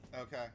Okay